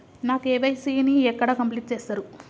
నా కే.వై.సీ ని ఎక్కడ కంప్లీట్ చేస్తరు?